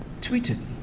tweeted